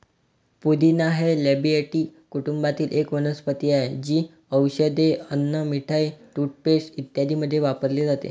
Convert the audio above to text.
पुदिना हे लॅबिएटी कुटुंबातील एक वनस्पती आहे, जी औषधे, अन्न, मिठाई, टूथपेस्ट इत्यादींमध्ये वापरली जाते